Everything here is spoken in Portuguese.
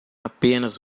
apenas